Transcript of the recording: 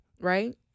right